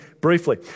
briefly